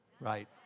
right